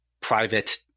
private